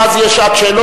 ואז תהיה שעת שאלות,